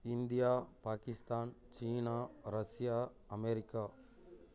India Pakistan China Russia America